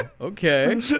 okay